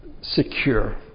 secure